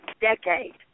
decade